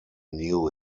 knew